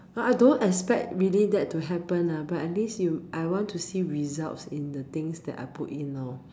but I don't expect really that to happen lah but at least you I want to see results in the things that I put in lor